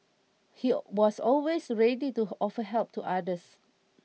he was always ready to offer help to others